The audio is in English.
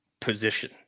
position